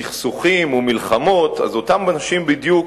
סכסוכים ומלחמות, אז אותם אנשים בדיוק